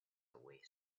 away